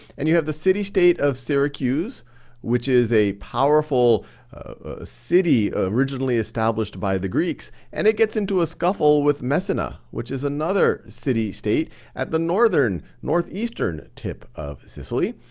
and you have the city-state of syracuse which is a powerful city originally established by the greeks, and it gets into a scuffle with messana which is another city-state at the northern, northeastern tip sicily.